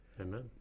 Amen